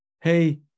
hey